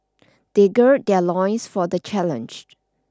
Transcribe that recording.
they gird their loins for the challenge